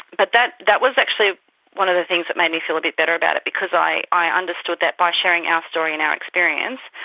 but that that was actually one of the things that made me feel a bit better about it because i i understood that by sharing our story and our experience,